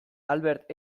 albert